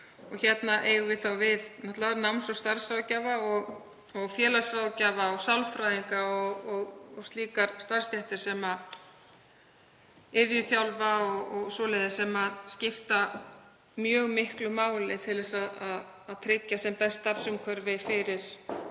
Hérna eigum við við náms- og starfsráðgjafa, félagsráðgjafa og sálfræðinga og slíkar starfsstéttir, iðjuþjálfa og svoleiðis, sem skipta mjög miklu máli til að tryggja sem best starfsumhverfi fyrir